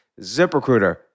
ZipRecruiter